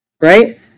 right